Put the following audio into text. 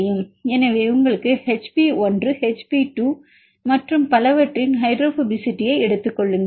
எனவே உங்களுக்கு HP 1 HP 2 Hp1 Hp2 மற்றும் பலவற்றின் ஹைட்ரோபோபசிட்டியை எடுத்துக் கொள்ளுங்கள்